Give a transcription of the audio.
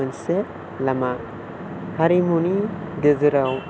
मोनसे लामा हारिमुनि गेजेराव